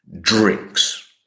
drinks